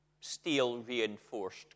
Steel-reinforced